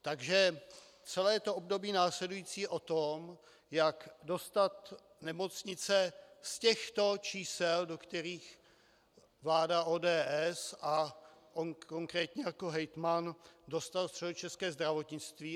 Takže celé to následující období je o tom, jak dostat nemocnice z těchto čísel, do kterých vláda ODS a on konkrétně jako hejtman dostal středočeské zdravotnictví.